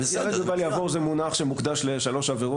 ייהרג ובל יעבור זה מונח שמוקדש לשלוש עבירות.